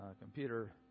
computer